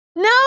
No